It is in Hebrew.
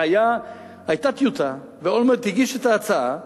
והיתה טיוטה, ואולמרט הגיש את ההצעה,